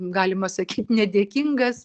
galima sakyt nedėkingas